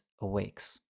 Awakes